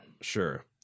Sure